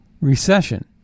recession